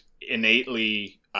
innately